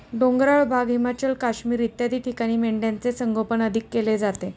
डोंगराळ भाग, हिमाचल, काश्मीर इत्यादी ठिकाणी मेंढ्यांचे संगोपन अधिक केले जाते